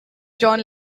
john